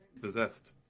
Possessed